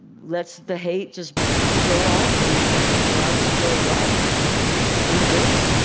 lets the hate just go off, and and i just feel love in the building.